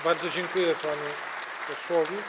Bardzo dziękuję panu posłowi.